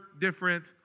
different